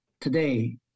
today